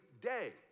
day